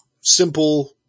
simple